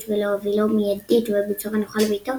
ולהובילו מיידית ובצורה נוחה לביתו